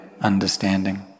understanding